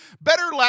better